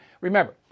Remember